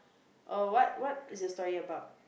oh what what is the story about